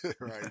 right